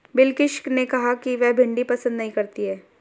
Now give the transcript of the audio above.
बिलकिश ने कहा कि वह भिंडी पसंद नही करती है